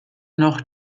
noch